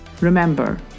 Remember